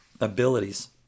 abilities